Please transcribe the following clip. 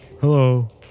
Hello